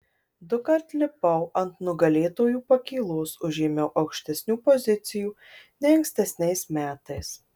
dukart lipau ant nugalėtojų pakylos užėmiau aukštesnių pozicijų nei ankstesniais metais